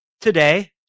today